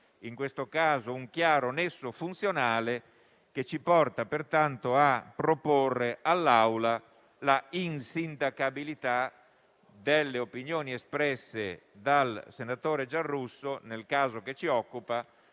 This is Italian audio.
in questo caso un chiaro nesso funzionale che ci porta pertanto a proporre all'Assemblea l'insindacabilità delle opinioni espresse dal senatore Giarrusso, nel caso che ci occupa,